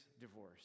divorce